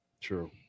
true